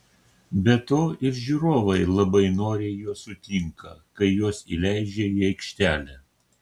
be to ir žiūrovai labai noriai juos sutinka kai juos įleidžia į aikštelę